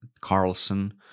Carlson